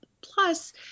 Plus